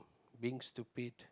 being stupid